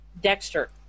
Dexter